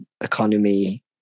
economy